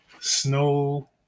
Snow